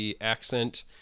accent